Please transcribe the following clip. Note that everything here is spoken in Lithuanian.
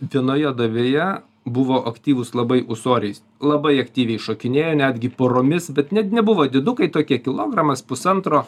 vienoje duobėje buvo aktyvūs labai ūsoriai labai aktyviai šokinėjo netgi poromis bet net nebuvo didukai tokie kilogramas pusantro